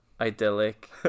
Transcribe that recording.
idyllic